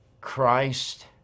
Christ